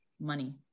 money